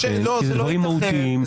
כי זה דברים מהותיים,